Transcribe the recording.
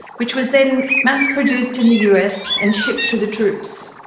which was then mass produced in the us and shipped to the troops.